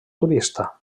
turista